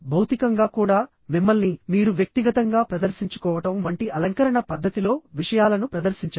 భౌతికంగా కూడా మిమ్మల్ని మీరు వ్యక్తిగతంగా ప్రదర్శించుకోవడం వంటి అలంకరణ పద్ధతిలో విషయాలను ప్రదర్శించండి